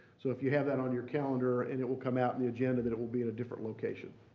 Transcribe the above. so if you have that on your calendar and it will come out in the agenda that it will be in a different location.